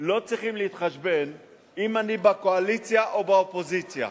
לא צריכים להתחשבן אם אני בקואליציה או באופוזיציה.